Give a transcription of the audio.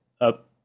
up